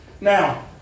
Now